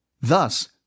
Thus